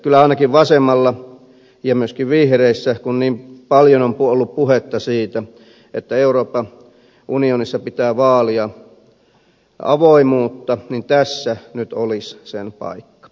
kyllä ainakin vasemmalla ja myöskin vihreissä kun niin paljon on ollut puhetta siitä että euroopan unionissa pitää vaalia avoimuutta tässä nyt olisi sen paikka